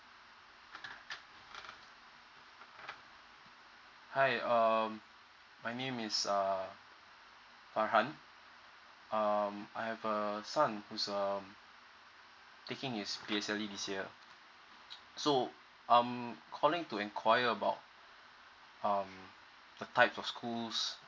hi um my name is uh fahan uh I have a son who's um taking his P_S_L_E this year so I'm calling to enquire about um the type of schools